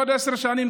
בעוד עשר שנים,